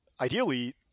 ideally